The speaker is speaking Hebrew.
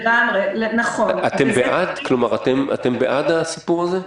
אתם בעד העניין הזה?